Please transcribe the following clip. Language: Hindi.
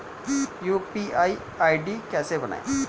यू.पी.आई आई.डी कैसे बनाएं?